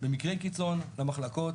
במקרי קיצון למחלקות